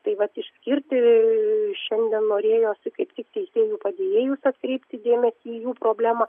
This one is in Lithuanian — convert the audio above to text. tai vat išskirti šiandien norėjosi kaip tik teisėjų padėjėjus atkreipti dėmesį į jų problemą